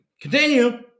Continue